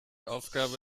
aufgabe